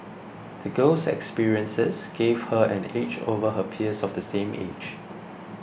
the girl's experiences gave her an edge over her peers of the same age